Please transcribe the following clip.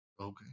Okay